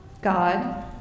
God